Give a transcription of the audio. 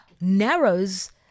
narrows